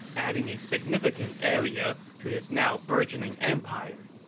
adding a significant area to his now burgeoning empire.